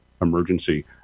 emergency